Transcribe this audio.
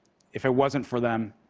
if it wasn't for them,